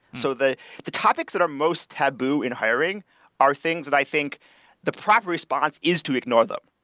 so the the topics that are most taboo in hiring are things that i think the proper response is to ignore them.